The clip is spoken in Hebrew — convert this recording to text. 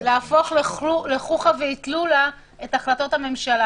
להפוך לחוכא ואטלולא את החלטות הממשלה